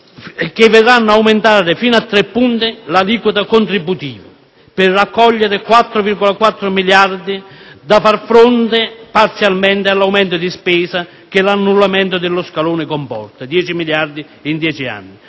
che vedranno aumentare fino a tre punti l'aliquota contributiva per raccogliere i 4,4 miliardi necessari per far fronte, parzialmente, all'aumento di spesa che l'annullamento dello scalone comporta, circa 10 miliardi in 10 anni.